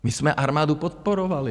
My jsme armádu podporovali.